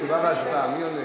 תשובה והצבעה, מי עונה?